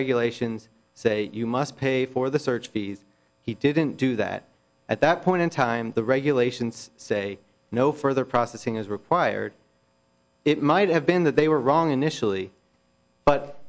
regulations say you must pay for the search fees he didn't do that at that point in time the regulations say no further processing is required it might have been that they were wrong initially but